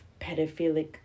pedophilic